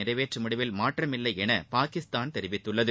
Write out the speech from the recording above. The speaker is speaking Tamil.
நிறைவேற்றும் முடிவில் மாற்றமில்லை என பாகிஸ்தான் தெரிவித்துள்ளது